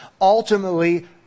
ultimately